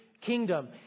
kingdom